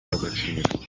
w’agaciro